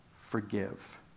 forgive